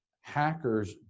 hackers